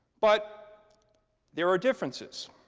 but there are differences.